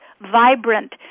vibrant